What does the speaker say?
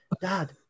dad